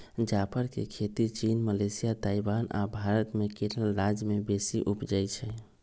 जाफर के खेती चीन, मलेशिया, ताइवान आ भारत मे केरल राज्य में बेशी उपजै छइ